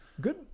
Good